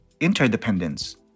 interdependence